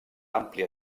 àmplia